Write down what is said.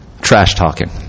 trash-talking